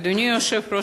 אדוני היושב-ראש,